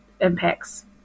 impacts